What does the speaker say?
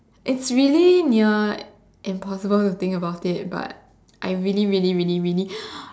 it's really near impossible to think about it but I really really really really